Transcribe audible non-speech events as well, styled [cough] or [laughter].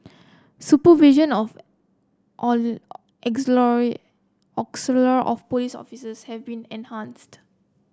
supervision of [unintelligible] police officers have been enhanced